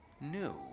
new